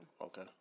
Okay